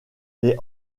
les